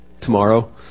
tomorrow